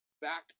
back